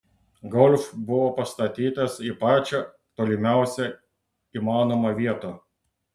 golf buvo pastatytas į pačią tolimiausią įmanomą vietą